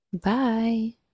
bye